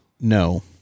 No